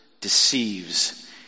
deceives